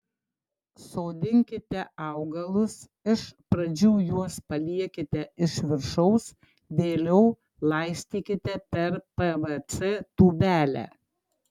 sodinkite augalus iš pradžių juos paliekite iš viršaus vėliau laistykite per pvc tūbelę